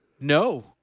no